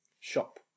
shop